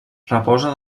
reposa